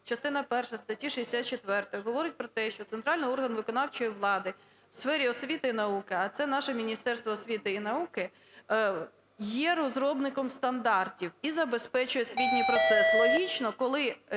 частина перша статті 64 говорить про те, що центральний орган виконавчої влади в сфері освіти і науки – а це наше Міністерство освіти і науки – є розробником стандартів і забезпечує освітній процес.